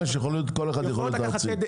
כל אחת יכולה להיות ארצית.